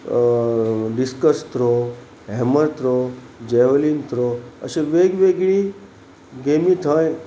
discuss throw hammer throw javelin throw अश्य वेग वेगळी गेमी थंय